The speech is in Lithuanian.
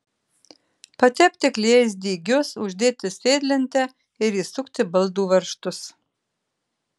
patepti klijais dygius uždėti sėdlentę ir įsukti baldų varžtus